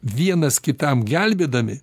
vienas kitam gelbėdami